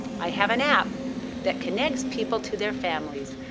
i have an app that connects people to their families.